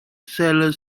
cellar